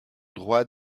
droits